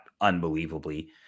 Unbelievably